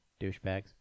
Douchebags